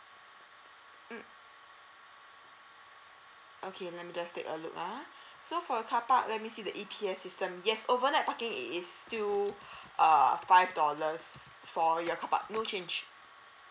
mm okay let me just take a look ah so for carpark let me see the E P A system yes overnight parking it is still uh five dollars for your carpark no change